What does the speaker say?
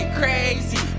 crazy